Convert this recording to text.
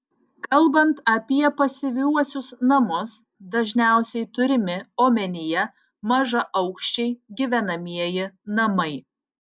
kalbant apie pasyviuosius namus dažniausiai turimi omenyje mažaaukščiai gyvenamieji namai